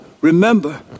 remember